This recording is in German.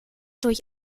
durch